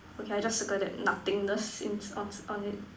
okay I just circle that nothingness in on on it